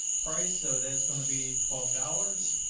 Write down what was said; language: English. price. so that's going to be twelve dollars